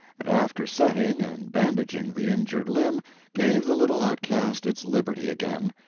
and after setting and bandaging the injured limb gave the little outcast its liberty again,